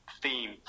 theme